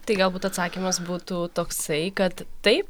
tai galbūt atsakymas būtų toksai kad taip